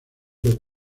best